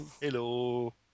hello